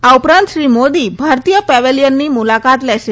આ ઉપરાંત શ્રી મોદી ભારતીય પેવેલિયનની તેઓ મુલાકાત લેશે